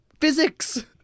Physics